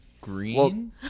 green